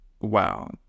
wow